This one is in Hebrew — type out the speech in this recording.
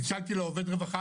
צלצלתי לעובד רווחה,